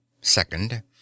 Second